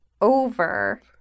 over